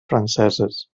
franceses